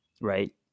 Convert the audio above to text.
Right